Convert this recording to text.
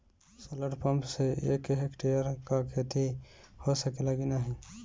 Solar pump से एक hectare क खेती हो सकेला की नाहीं?